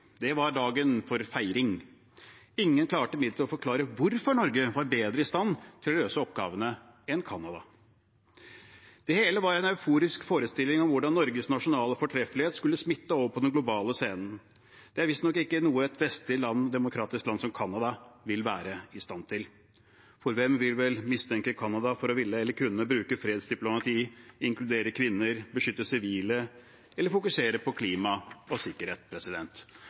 Det var dagen for feiring. Ingen klarte imidlertid å forklare hvorfor Norge var bedre i stand til å løse oppgavene enn Canada. Det hele var en euforisk forestilling om hvordan Norges nasjonale fortreffelighet skulle smitte over på den globale scenen. Det er visstnok ikke noe et vestlig, demokratisk land som Canada vil være i stand til. Hvem ville vel mistenke Canada for å ville eller kunne bruke fredsdiplomati, inkludere kvinner, beskytte sivile eller fokusere på klima og sikkerhet?